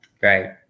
Right